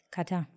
Kata